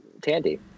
Tandy